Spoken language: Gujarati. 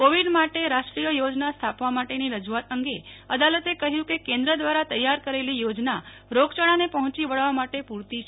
કોવીડ માટે રાષ્ટ્રીય યોજવા સ્થાપવા માટેની રજૂઆત અંગે અદાલત કહ્યું કે કેન્દ્ર દ્વારા તૈયાર કરેલી યોજના રોગચાળાને પહોંચી વળવા માટે પુરતી છે